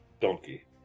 donkey